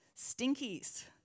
Stinkies